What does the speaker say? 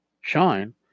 shine